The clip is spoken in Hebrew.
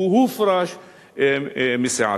הוא הופרש מסיעתו.